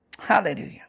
Hallelujah